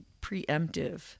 preemptive